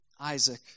Isaac